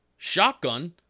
shotgun